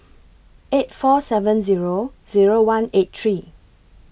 eight four seven Zero Zero one eight three